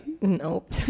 Nope